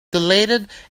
dilated